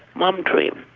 mum dream.